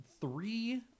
Three